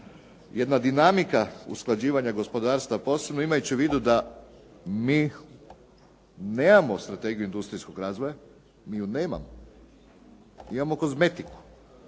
jedna dinamika usklađivanja gospodarstva posebno imajući u vidu da mi nemamo strategiju industrijskog razvoja, mi ju nemamo. Mi imamo kozmetiku,